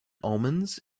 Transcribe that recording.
omens